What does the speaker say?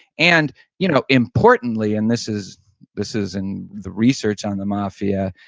and you know importantly, and this is this is in the research on the mafia,